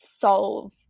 solve